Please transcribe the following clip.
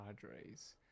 padres